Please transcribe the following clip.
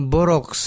Borok